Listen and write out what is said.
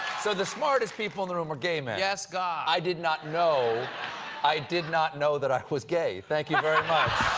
so the smartest people in the room are gay men. yes, god. stephen i did not know i did not know that i was gay. thank you very much.